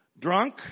drunk